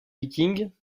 vikings